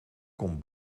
kon